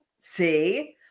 See